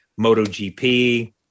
MotoGP